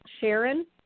Sharon